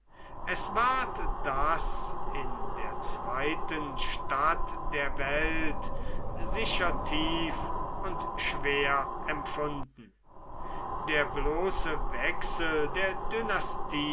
es ward das in der zweiten stadt der welt sicher tief und schwer empfunden der bloße wechsel der